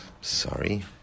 sorry